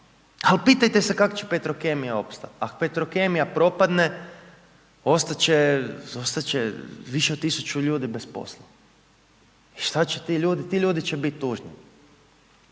Ali pitajte se kako će petrokemija opstati. Ako petrokemija propadne, ostati će više od 1000 ljudi bez posla. I šta će ti ljudi? Ti ljudi će biti tužni.